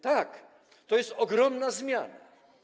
Tak, to jest ogromna zmiana.